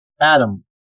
Adam